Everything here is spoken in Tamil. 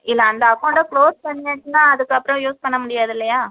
இல்லை அந்த அக்கௌண்ட்டை க்ளோஸ் பண்ணிவிட்டேன்னா அதுக்கப்புறம் யூஸ் பண்ண முடியாதில்லையா